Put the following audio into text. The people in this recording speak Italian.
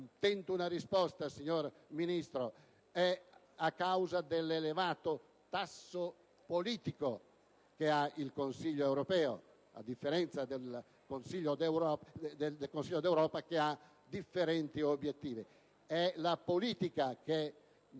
Tento una risposta, signor Ministro: è a causa dell'elevato tasso politico del Consiglio europeo, a differenza del Consiglio d'Europa che ha differenti obiettivi?